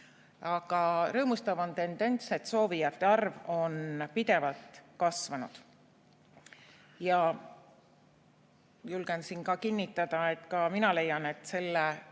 Aga rõõmustav on tendents, et soovijate arv on pidevalt kasvanud. Julgen kinnitada, et ka mina leian, et eesti